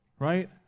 right